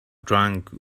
drunk